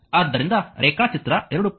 ಆದ್ದರಿಂದ ರೇಖಾಚಿತ್ರ 2